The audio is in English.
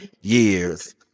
years